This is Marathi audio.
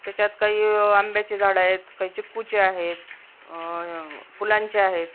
त्याच्यात काई आंब्याची झाडं आहेत काहीचे चिकूचे आहेत फुलांचे आहेत